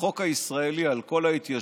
החוק הישראלי על כל ההתיישבות